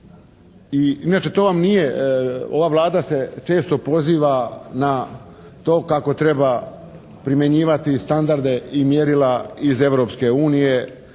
Inače to vam nije, ova Vlada se često poziva na to kako treba primjenjivati i standarde i mjerila iz Europske unije,